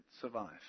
survive